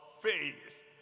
faith